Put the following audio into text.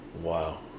Wow